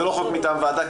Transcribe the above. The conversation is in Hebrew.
זה לא חוק מטעם ועדה,